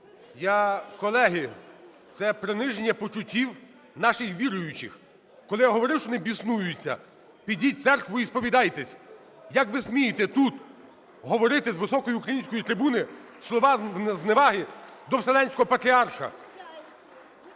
колеги! Це приниження почуттів наших віруючих. Коли я говорив, що вони біснуються. Підіть в церкву і сповідайтесь! Як ви смієте тут говорити, з високої української трибуни, слова зневаги до Вселенського Патріарха?!